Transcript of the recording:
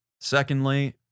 Secondly